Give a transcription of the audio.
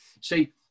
See